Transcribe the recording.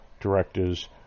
directors